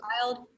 child